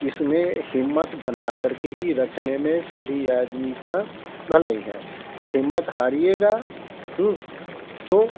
इस में हिम्मत बना कर के ही रखने में सभी आदमी की भलाई है हिम्मत हारिएगा तो